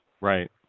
Right